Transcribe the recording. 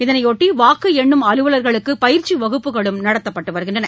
இதனையொட்டி என்னும் அலுவலர்களுக்கு பயிற்சி வகுப்புகளும் நடத்தப்பட்டு வருகின்றன